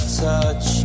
touch